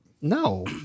No